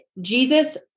Jesus